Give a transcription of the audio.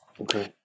Okay